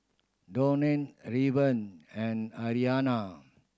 Dawne Raven and Arianna